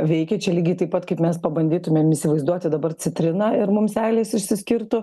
veikia čia lygiai taip pat kaip mes pabandytumėm įsivaizduoti dabar citriną ir mums seilės išsiskirtų